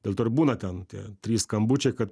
dėl to ir būna ten tie trys skambučiai kad